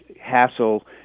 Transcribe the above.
hassle